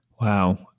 Wow